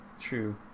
True